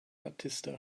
batista